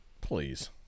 Please